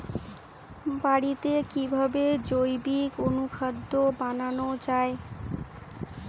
বাড়িতে কিভাবে জৈবিক অনুখাদ্য বানানো যায়?